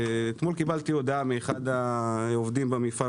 אתמול קיבלתי הודעה מאחד העובדים במפעל.